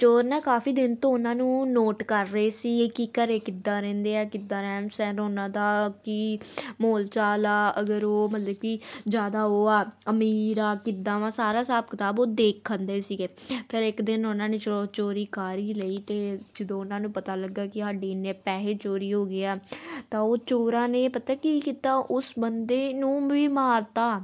ਚੋਰ ਨਾ ਕਾਫ਼ੀ ਦਿਨ ਤੋਂ ਉਹਨਾਂ ਨੂੰ ਨੋਟ ਕਰ ਰਹੇ ਸੀ ਇਹ ਕਿ ਘਰੇ ਕਿੱਦਾਂ ਰਹਿੰਦੇ ਆ ਕਿੱਦਾਂ ਰਹਿਣ ਸਹਿਣ ਉਹਨਾਂ ਦਾ ਕੀ ਬੋਲ ਚਾਲ ਆ ਅਗਰ ਉਹ ਬੰਦੇ ਕਿ ਜ਼ਿਆਦਾ ਉਹ ਅਮੀਰ ਆ ਕਿੱਦਾਂ ਵਾ ਸਾਰਾ ਹਿਸਾਬ ਕਿਤਾਬ ਉਹ ਦੇਖਣ ਦੇ ਸੀਗੇ ਫਿਰ ਇੱਕ ਦਿਨ ਉਹਨਾਂ ਨੇ ਚੋਰੀ ਕਰ ਹੀ ਲਈ ਅਤੇ ਜਦੋਂ ਉਹਨਾਂ ਨੂੰ ਪਤਾ ਲੱਗਾ ਕਿ ਸਾਡੇ ਇੰਨੇ ਪੈਸੇ ਚੋਰੀ ਹੋ ਗਏ ਆ ਤਾਂ ਉਹ ਚੋਰਾਂ ਨੇ ਪਤਾ ਕੀ ਕੀਤਾ ਉਸ ਬੰਦੇ ਨੂੰ ਵੀ ਮਾਰਤਾ